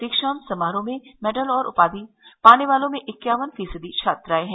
दीक्षान्त समारोह में मेडल और उपाधि पाने वालों में इक्यावन फीसदी छात्राएं है